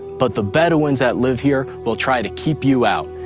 but the bedouins that live here will try to keep you out.